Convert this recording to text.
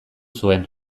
zuen